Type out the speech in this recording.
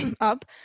up